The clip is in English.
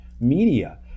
media